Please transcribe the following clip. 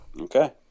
Okay